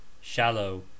shallow